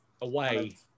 away